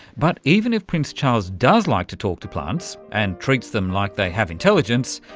but even if prince charles does like to talk to plants and treat them like they have intelligence,